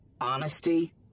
honesty